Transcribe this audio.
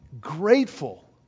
grateful